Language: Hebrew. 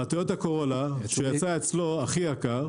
הטויוטה קורולה שיצאה אצלו הכי יקר,